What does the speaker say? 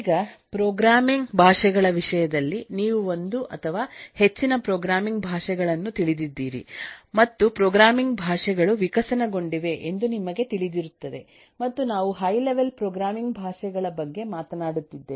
ಈಗ ಪ್ರೋಗ್ರಾಮಿಂಗ್ ಭಾಷೆಗಳ ವಿಷಯದಲ್ಲಿ ನೀವು ಒಂದು ಅಥವಾ ಹೆಚ್ಚಿನ ಪ್ರೋಗ್ರಾಮಿಂಗ್ ಭಾಷೆಗಳನ್ನು ತಿಳಿದಿದ್ದೀರಿ ಮತ್ತು ಪ್ರೋಗ್ರಾಮಿಂಗ್ ಭಾಷೆಗಳು ವಿಕಸನಗೊಂಡಿವೆ ಎಂದು ನಿಮಗೆ ತಿಳಿದಿರುತ್ತದೆ ಮತ್ತು ನಾವು ಹೈ ಲೆವೆಲ್ ಪ್ರೋಗ್ರಾಮಿಂಗ್ ಭಾಷೆಗಳ ಬಗ್ಗೆ ಮಾತನಾಡುತ್ತಿದ್ದೇವೆ